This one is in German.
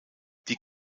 die